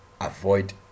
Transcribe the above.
avoid